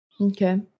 Okay